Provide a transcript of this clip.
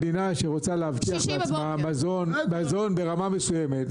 מדינה שרוצה להבטיח לעצמה מזון בצורה מסוימת.